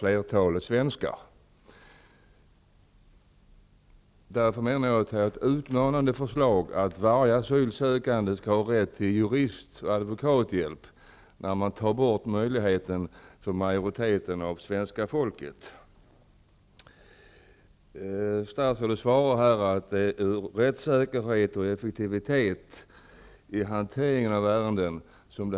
Jag menar därför att det är ett utmanande förslag att varje asylsökande skall ha rätt till jurist och advokathjälp, när man tar bort denna möjlighet för majoriteten av svenska folket. Statsrådet säger att den här åtgärden är viktig med tanke på rättssäkerheten och effektiviteten vid hanteringen av ärenden.